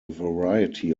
variety